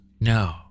No